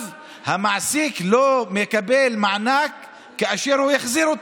אתה כבר לא איתו, הוא מתבכיין.